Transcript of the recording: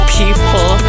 people